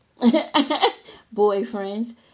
boyfriends